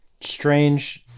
Strange